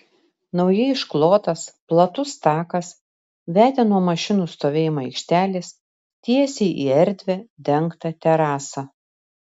naujai išklotas platus takas vedė nuo mašinų stovėjimo aikštelės tiesiai į erdvią dengtą terasą